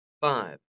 five